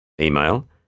Email